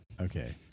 Okay